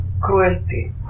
cruelty